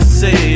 say